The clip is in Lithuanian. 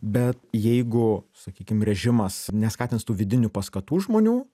bet jeigu sakykim režimas neskatins tų vidinių paskatų žmonių